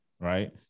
right